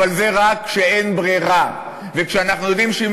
אבל זה רק כשאין ברירה וכשאנחנו יודעים שאם